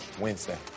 Wednesday